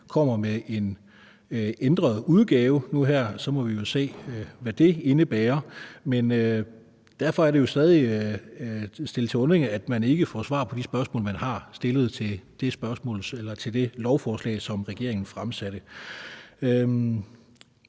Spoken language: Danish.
kommer med en ændret udgave nu her, og så må vi se, hvad det indebærer, men det undrer os stadig, at man ikke får svar på de spørgsmål, der er stillet til det lovforslag, som regeringen fremsatte.